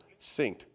synced